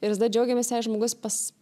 ir visada džiaugiamės jei žmogus pas